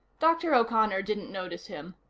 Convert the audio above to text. dr. o'connor didn't notice him.